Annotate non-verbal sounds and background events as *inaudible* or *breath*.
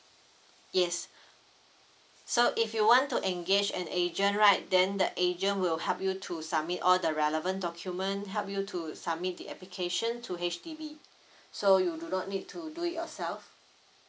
yes *breath* so if you want to engage an agent right then the agent will help you to submit all the relevant document help you to submit the application to H_D_B *breath* so you do not need to do it yourself